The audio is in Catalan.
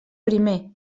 primer